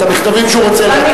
את המכתבים שהוא רוצה להקריא.